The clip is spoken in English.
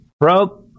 probe